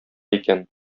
икән